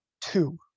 two